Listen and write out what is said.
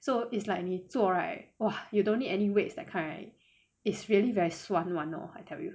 so it's like 你做 right !wah! you don't need any weights that kind right is really very 酸 one hor I tell you